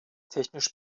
technisch